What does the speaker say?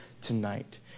tonight